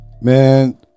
man